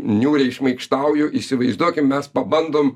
niūriai šmaikštauju įsivaizduokim mes pabandom